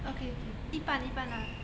okay okay 一半一半 ah